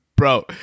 Bro